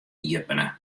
iepene